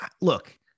look